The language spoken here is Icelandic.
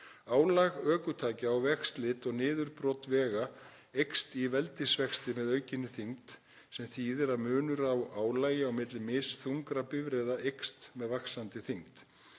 Álag ökutækja á vegslit og niðurbrot vega eykst í veldisvexti með aukinni þyngd sem þýðir að munur á álagi á milli misþungra bifreiða eykst með vaxandi þyngd.